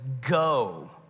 go